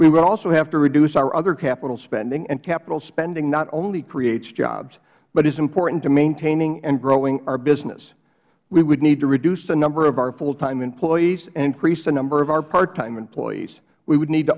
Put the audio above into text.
would also have to reduce our other capital spending and capital spending not only creates jobs but is important to maintaining and growing our business we would need to reduce the number of our full time employees and increase the number of our part time employees we would need t